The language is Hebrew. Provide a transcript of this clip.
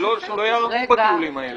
זה לא שולל את הטיולים האלה,